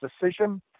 decision